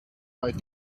might